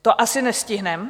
To asi nestihneme.